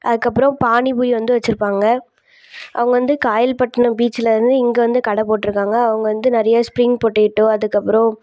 அதுக்கப்பறம் பானி பூரி வந்து வச்சிருப்பாங்க அவங்க வந்து காயல்பட்டினம் பீச்சில் இருந்து இங்கே வந்து கடை போட்டிருக்காங்க அவங்க வந்து நிறைய ஸ்ப்ரிங் பொட்டேட்டோ அதுக்கு அப்புறம்